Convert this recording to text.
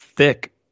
Thick